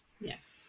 Yes